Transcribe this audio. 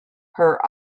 her